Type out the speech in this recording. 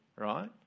Right